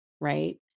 right